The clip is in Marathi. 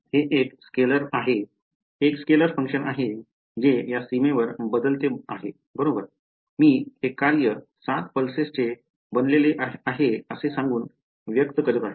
हे एक स्केलर हे एक स्केलर फंक्शन आहे जे या सीमेवर बदलते बरोबर मी हे कार्य 7 पल्सेसचे बनलेले असे सांगून व्यक्त करीत आहे